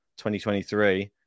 2023